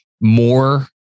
more